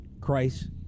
christ